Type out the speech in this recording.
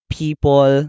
people